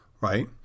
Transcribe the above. right